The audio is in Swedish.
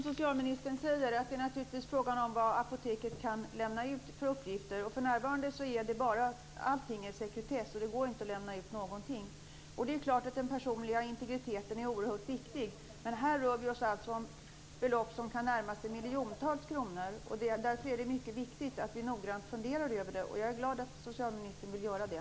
Fru talman! Det är, precis som socialministern säger, naturligtvis fråga om vilka uppgifter apoteket kan lämna ut. För närvarande är allt sekretess. Det går inte att lämna ut någonting. Det är klart att den personliga integriteten är oerhört viktig. Men här rör det sig om belopp som kan närma sig miljontals kronor. Därför är det mycket viktigt att vi noggrant funderar över detta. Jag är glad att socialministern vill göra det.